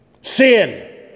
sin